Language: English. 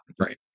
right